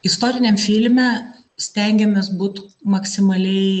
istoriniam filme stengiamės būt maksimaliai